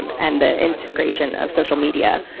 um and the integration of social media.